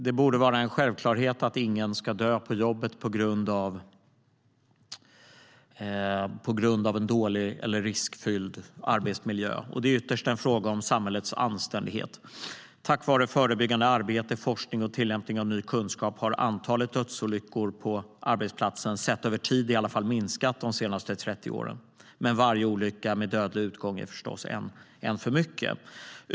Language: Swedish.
Det borde vara en självklarhet att ingen ska dö på jobbet på grund av en riskfylld arbetsmiljö. Ytterst är det fråga om samhällets anständighet. Tack vare förebyggande arbete, forskning och tillämpning av ny kunskap har antalet dödsolyckor på arbetsplatser - sett över tid - minskat under de senaste 30 åren, men varje olycka med dödlig utgång är förstås en för mycket.